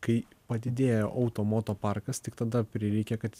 kai padidėjo auto moto parkas tik tada prireikė kad